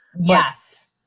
Yes